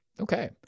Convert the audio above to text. Okay